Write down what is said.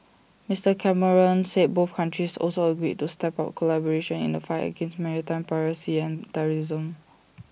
Mister Cameron said both countries also agreed to step up collaboration in the fight against maritime piracy and terrorism